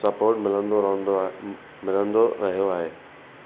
support मिलंदो रहंदो आहे मिलंदो रहियो आहे